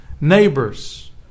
neighbors